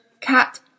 cat